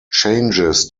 changes